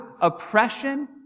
oppression